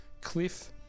cliff